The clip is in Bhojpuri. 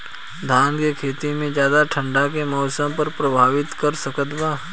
धान के खेती में ज्यादा ठंडा के मौसम का प्रभावित कर सकता बा?